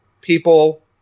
People